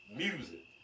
music